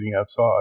outside